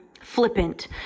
flippant